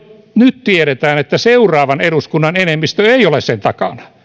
nyt tiedetään että seuraavan eduskunnan enemmistö ei ole sen takana